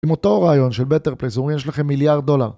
עם אותו רעיון של בטר פלייזורי יש לכם מיליארד דולר